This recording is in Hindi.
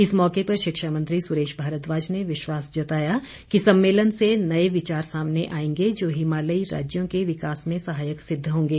इस मौके पर शिक्षा मंत्री सुरेश भारद्वाज ने विश्वास जताया कि सम्मेलन से नए विचार सामने आएंगे जो हिमालयी राज्यों के विकास में सहायक सिद्ध होंगे